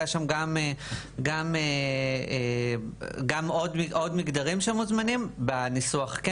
היו שם גם עוד כמה מגדרים שמוזמנים בניסוח,